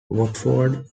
watford